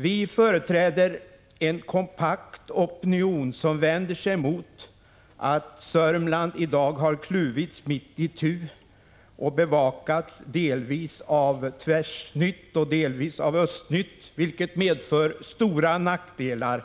Vi företräder en kompakt opinion, som vänder sig mot att Sörmland i dag har kluvits mitt itu och bevakas delvis av Tvärsnytt och delvis av Östnytt, vilket medför stora nackdelar